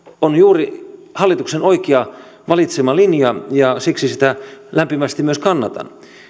on juuri hallituksen valitsema oikea linja ja siksi sitä lämpimästi myös kannatan